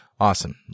Awesome